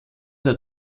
der